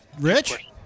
rich